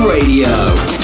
Radio